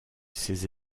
ces